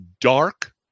dark